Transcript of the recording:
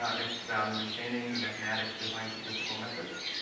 it's about understanding the mathematics behind statistical methods.